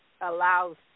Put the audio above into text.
allows